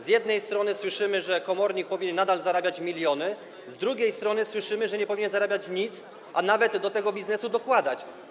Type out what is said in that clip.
Z jednej strony słyszymy, że komornik nadal powinien zarabiać miliony, z drugiej strony słyszymy, że nie powinien zarabiać nic, a nawet, że powinien do tego biznesu dokładać.